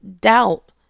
doubt